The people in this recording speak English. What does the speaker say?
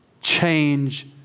change